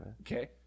Okay